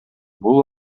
бул